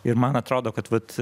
ir man atrodo kad vat